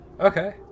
Okay